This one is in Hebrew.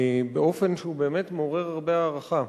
באופן שהוא באמת מעורר הרבה הערכה.